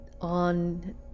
on